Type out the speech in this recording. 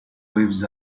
waves